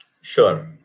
Sure